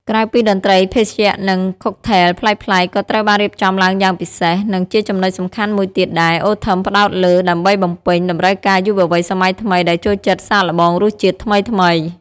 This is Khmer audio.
ក្រៅពីតន្ត្រី ភេសជ្ជៈ និង ខុកថេល ប្លែកៗ ក៏ត្រូវបានរៀបចំឡើងយ៉ាងពិសេស និងជាចំណុចសំខាន់មួយទៀតដែល អូ ថឹម ផ្ដោតលើ ដើម្បីបំពេញតម្រូវការយុវវ័យសម័យថ្មីដែលចូលចិត្តសាកល្បងរសជាតិថ្មីៗ។